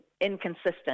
inconsistent